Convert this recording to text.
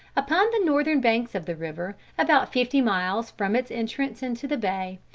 upon the northern banks of the river, about fifty miles from its entrance into the bay,